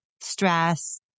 stress